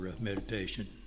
Meditation